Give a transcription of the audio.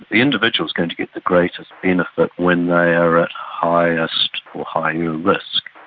the individual is going to get the greatest benefit when they are at highest or higher risk.